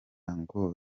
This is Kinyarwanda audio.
ngo